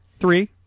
Three